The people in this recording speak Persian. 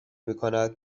میکند